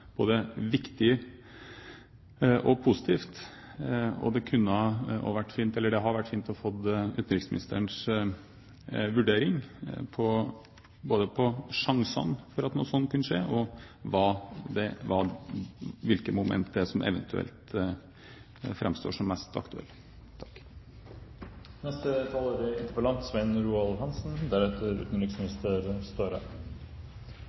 både viktig og positivt. Det hadde vært fint å få utenriksministerens vurdering både av sjansene for at noe slikt kunne skje, og av hvilke momenter som eventuelt framstår som mest